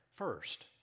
First